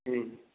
हुँ